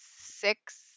six